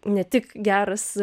ne tik geras